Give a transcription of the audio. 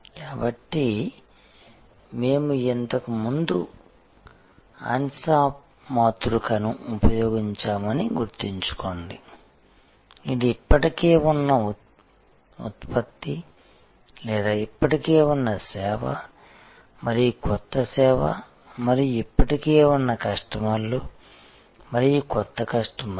కాబట్టి మేము ఇంతకు ముందు Ansoff మాతృకను ఉపయోగించామని గుర్తుంచుకోండి ఇది ఇప్పటికే ఉన్న ఉత్పత్తి లేదా ఇప్పటికే ఉన్న సేవ మరియు కొత్త సేవ మరియు ఇప్పటికే ఉన్న కస్టమర్లు మరియు కొత్త కస్టమర్లు